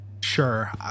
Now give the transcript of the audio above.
Sure